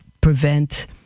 prevent